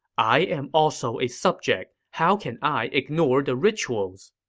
i am also a subject. how can i ignore the rituals?